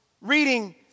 reading